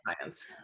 science